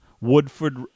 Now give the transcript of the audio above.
Woodford